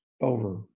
over